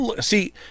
See